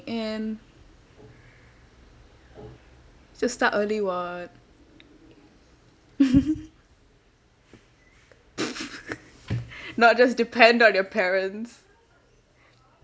in just start early [what] not just depend on your parents